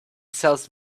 sells